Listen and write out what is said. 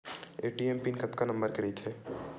ATM pin कतका number के रही थे?